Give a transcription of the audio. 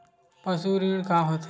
पशु ऋण का होथे?